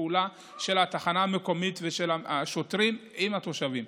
פעולה של התחנה המקומית ושל השוטרים עם התושבים.